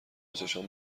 چشمام